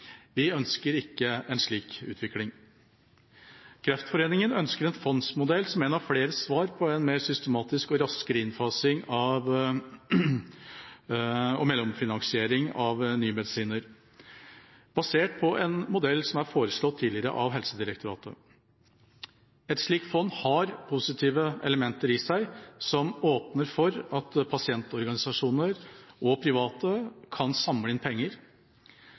Vi ønsker ikke en slik utvikling. Kreftforeningen ønsker en fondsmodell som et av flere svar på en mer systematisk og raskere innfasing og mellomfinansiering av nye medisiner, basert på en modell som er foreslått tidligere av Helsedirektoratet. Et slikt fond har positive elementer i seg som åpner for at pasientorganisasjoner og private kan samle inn penger.